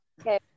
Okay